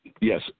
Yes